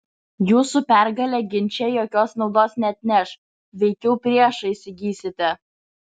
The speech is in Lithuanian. jūsų pergalė ginče jokios naudos neatneš veikiau priešą įsigysite